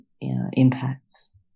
impacts